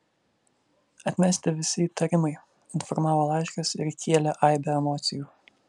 atmesti visi įtarimai informavo laiškas ir kėlė aibę emocijų